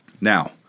Now